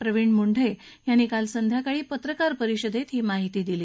प्रवीण मुंढविनी काल सायंकाळी पत्रकार परिषदस्ही माहिती दिली